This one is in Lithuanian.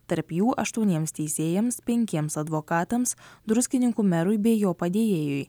tarp jų aštuoniems teisėjams penkiems advokatams druskininkų merui bei jo padėjėjui